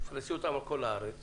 תפרסי אותן על כל הארץ